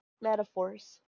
metaphors